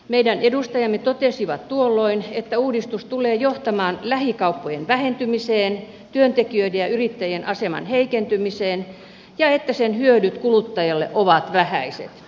meidän edustajamme totesivat tuolloin että uudistus tulee johtamaan lähikauppojen vähentymiseen sekä työntekijöiden ja yrittäjien aseman heikentymiseen ja että sen hyödyt kuluttajille ovat vähäiset